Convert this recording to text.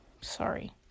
Sorry